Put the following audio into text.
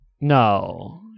No